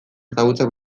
ezagutzak